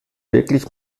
wirklich